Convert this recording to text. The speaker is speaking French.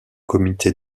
comité